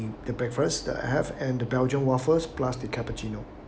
the breakfast that I have and the belgian waffles plus the cappuccino